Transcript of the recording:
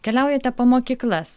keliaujate po mokyklas